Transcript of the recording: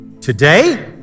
today